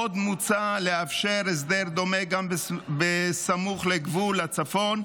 עוד מוצע לאפשר הסדר דומה גם סמוך לגבול הצפון,